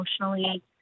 emotionally